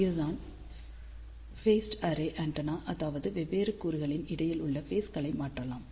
இதுதான் phased array antenna அதாவது வெவ்வேறு கூறுகளுக்கு இடையில் உள்ள ஃபேஸ்களை மாற்றலாம்